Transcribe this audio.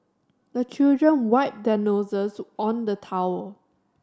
the children wipe their noses on the towel